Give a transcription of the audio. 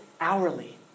hourly